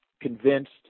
convinced